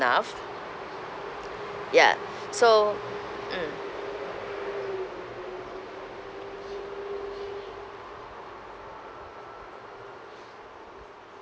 ya so mm